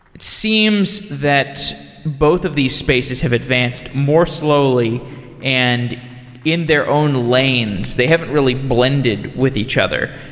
seems that both of these spaces have advanced more slowly and in their own lanes. they haven't really blended with each other.